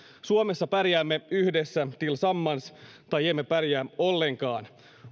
suomessa pärjäämme yhdessä tillsammans tai emme pärjää ollenkaan